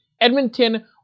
Edmonton